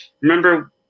remember